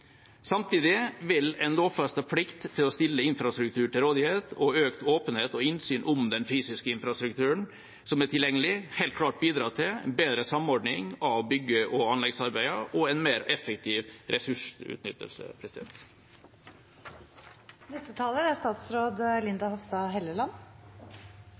Samtidig vil en lovfestet plikt til å stille infrastruktur til rådighet og økt åpenhet og innsyn om den fysiske infrastrukturen som er tilgjengelig, helt klart bidra til bedre samordning av bygge- og anleggsarbeidene og en mer effektiv ressursutnyttelse.